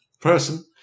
person